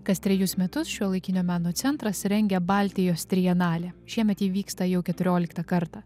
kas trejus metus šiuolaikinio meno centras rengia baltijos trienalę šiemet ji vyksta jau keturioliktą kartą